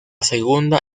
segunda